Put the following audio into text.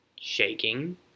shaking